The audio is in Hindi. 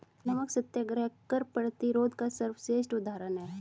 नमक सत्याग्रह कर प्रतिरोध का सर्वश्रेष्ठ उदाहरण है